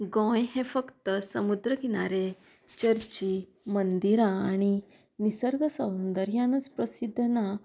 गोंय हें फक्त समुद्र किनारे चर्ची मंदिरां आनी निसर्ग सौंदर्यानच प्रसिद्द ना